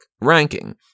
ranking